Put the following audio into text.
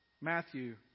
Matthew